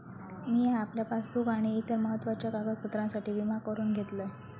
मिया आपल्या पासबुक आणि इतर महत्त्वाच्या कागदपत्रांसाठी विमा करून घेतलंय